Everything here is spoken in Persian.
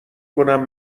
کنم